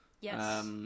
Yes